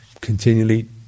continually